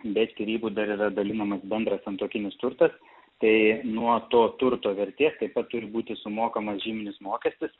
be skyrybų dar yra dalinamas bendras santuokinis turtas tai nuo to turto vertės taip pat turi būti sumokamas žyminis mokestis